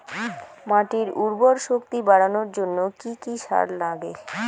মাটির উর্বর শক্তি বাড়ানোর জন্য কি কি সার লাগে?